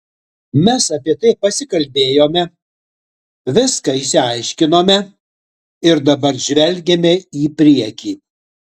mes apie tai pasikalbėjome viską išsiaiškinome ir dabar žvelgiame į priekį